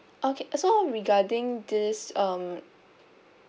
okay so regarding this um